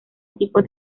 equipos